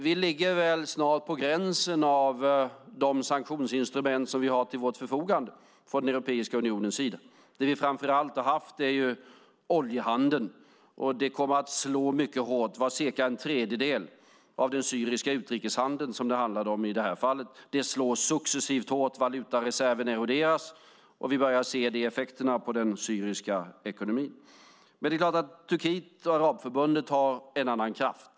Vi ligger snart på gränsen av de sanktionsinstrument som vi har till vårt förfogande från Europeiska unionens sida. Det vi framför allt har haft är oljehandeln. Det kommer att slå mycket hårt. Det var cirka en tredjedel av den syriska utrikeshandeln det handlade om i det här fallet. Det slår successivt hårt, och valutareserven eroderas. Vi börjar se de effekterna på den syriska ekonomin. Det är klart att Turkiet och Arabförbundet har en annan kraft.